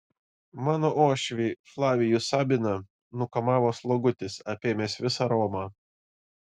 mano uošvį flavijų sabiną nukamavo slogutis apėmęs visą romą